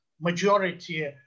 majority